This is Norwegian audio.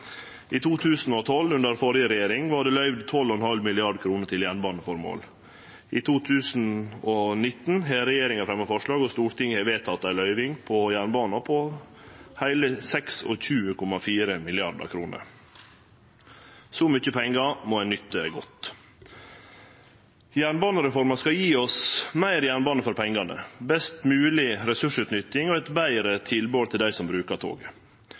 I 2012, under den førre regjeringa, vart det løyvd 12,5 mrd. kr til jernbaneføremål. I 2019 har regjeringa fremja forslag og Stortinget vedteke ei løyving til jernbanen på heile 26,4 mrd. kr. Så mykje pengar må ein nytte godt. Jernbanereforma skal gje oss meir jernbane for pengane, best mogleg ressursutnytting og eit betre tilbod til dei som brukar